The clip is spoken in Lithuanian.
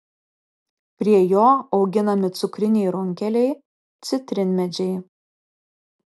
prie jo auginami cukriniai runkeliai citrinmedžiai